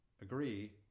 agree